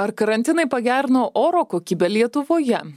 ar karantinai pagerino oro kokybę lietuvoje